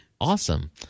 Awesome